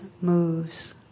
moves